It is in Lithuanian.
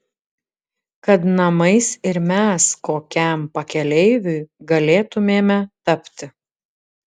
kad namais ir mes kokiam pakeleiviui galėtumėme tapti